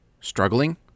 struggling